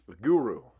guru